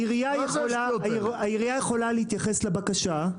העירייה יכולה להתייחס לבקשה.